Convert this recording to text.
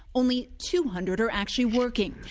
only two hundred are actually working.